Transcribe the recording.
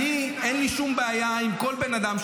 אין לי שום בעיה עם כל בן אדם,